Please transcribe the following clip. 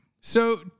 So-